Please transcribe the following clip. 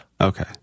Okay